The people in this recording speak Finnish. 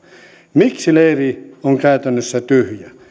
miksi leiri on käytännössä tyhjä